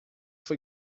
foi